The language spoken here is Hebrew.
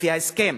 לפי ההסכם